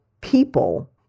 people